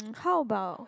how about